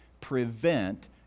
prevent